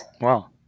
Wow